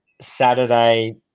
Saturday